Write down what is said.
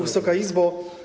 Wysoka Izbo!